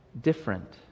different